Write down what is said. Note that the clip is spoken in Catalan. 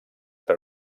per